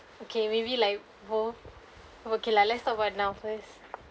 okay maybe like both okay lah let's talk about now first